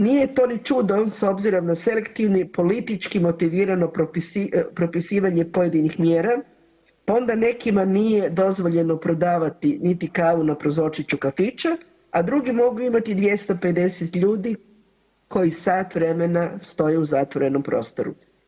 Nije to ni čudo s obzirom na selektivni politički motivirano propisivanje pojedinih mjera, pa onda nekima nije dozvoljeno prodavati niti kavu na prozorčiću kafića, a drugi mogu imati 250 ljudi koji sat vremena stoje u zatvorenom prostoru.